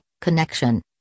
connection